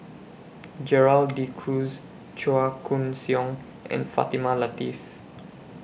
Gerald De Cruz Chua Koon Siong and Fatimah Lateef